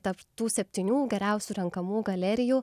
taptų septynių geriausių renkamų galerijų